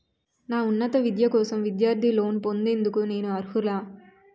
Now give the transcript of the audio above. నా ఉన్నత విద్య కోసం విద్యార్థి లోన్ పొందేందుకు నేను అర్హులా?